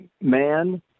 man